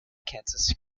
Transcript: cancer